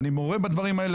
אני מורה בדברים האלה,